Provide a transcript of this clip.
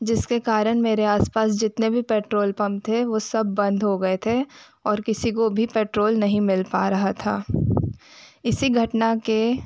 जिसके कारण मेरे आस पास जितने भी पेट्रोल पंप थे वो सब बंद हो गए थे और किसी को भी पेट्रोल नहीं मिल पा रहा था इसी घटना के